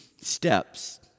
steps